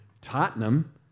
Tottenham